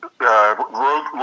road